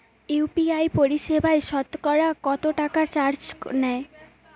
UPI পরিসেবায় সতকরা কতটাকা চার্জ নেয়?